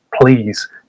please